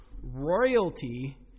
Royalty